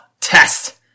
test